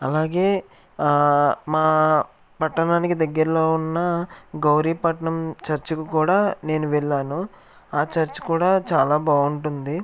అలాగే మా పట్టణానికి దగ్గరలో ఉన్న గౌరీపట్నం చర్చ్కు కూడా నేను వెళ్ళాను ఆ చర్చ్ కూడా చాలా బాగుంటుంది